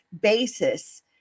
basis